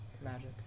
Magic